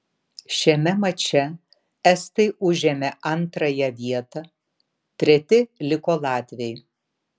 šiame mače estai užėmė antrąją vietą treti liko latviai